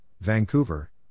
Vancouver